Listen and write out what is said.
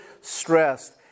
stressed